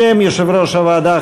בשם יושב-ראש הוועדה,